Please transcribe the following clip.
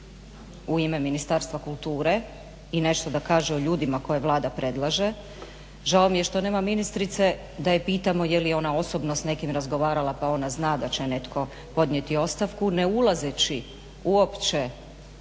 u ime Ministarstva kulture i nešto da kaže o ljudima koje Vlada predlaže. Žao mi je što nema ministrice da je pitamo jel je ona osobno s nekim razgovarala pa ona zna da će netko podnijeti ostavku ne ulazeći uopće